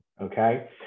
okay